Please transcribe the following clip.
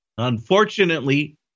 Unfortunately